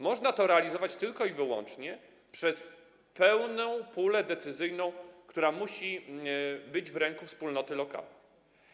Można to realizować tylko i wyłącznie w ramach pełnej puli decyzyjnej, która musi być w ręku wspólnoty lokalnej.